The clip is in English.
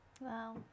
Wow